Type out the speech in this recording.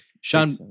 Sean